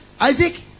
Isaac